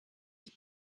sich